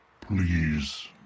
Please